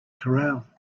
corral